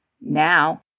Now